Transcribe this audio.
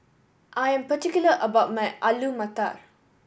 I am particular about my Alu Matar